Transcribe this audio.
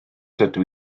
dydw